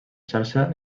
xarxa